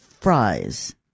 fries